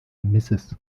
mrs